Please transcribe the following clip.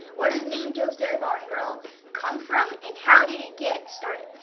where did the name joe's dairy bar and grill come from and how did it get started?